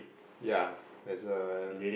yeah that's a